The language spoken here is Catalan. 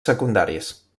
secundaris